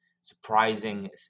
surprising